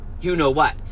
you-know-what